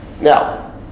Now